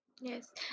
Yes